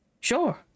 Sure